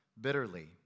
bitterly